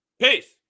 Peace